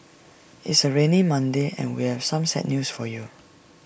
it's A rainy Monday and we have some sad news for you